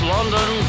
London